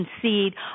concede